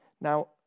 Now